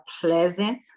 pleasant